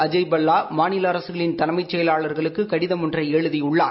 அஜய் பல்லா மாநில அரசுகளின் தலைமைச் செயலாளர்களுக்கு கடிதம் ஒன்றை எழுதியுள்ளார்